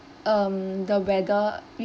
um the weather